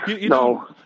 No